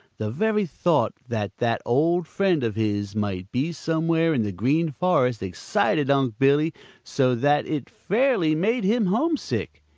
the very thought that that old friend of his might be somewhere in the green forest excited unc' billy so that it fairly made him homesick.